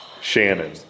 Shannon